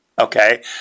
okay